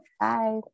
Bye